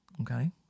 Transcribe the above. okay